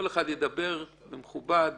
כל אחד ידבר באופן מכובד ובשקט.